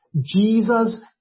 Jesus